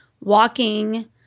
walking